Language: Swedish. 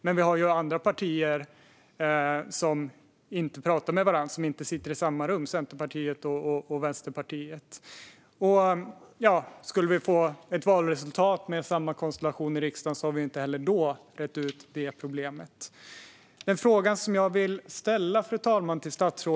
Men andra partier vill inte prata med varandra eller sitta i samma rum, det vill säga Centerpartiet och Vänsterpartiet. Skulle vi få ett valresultat med samma konstellation i riksdagen har vi inte heller då rett ut detta problem. Fru talman!